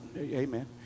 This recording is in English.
amen